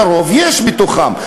לרוב יש בתוכן.